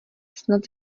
snad